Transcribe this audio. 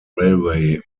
railway